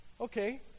Okay